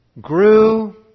grew